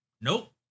Nope